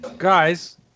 Guys